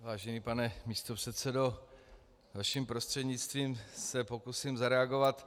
Vážený pane místopředsedo, vaším prostřednictvím se pokusím zareagovat.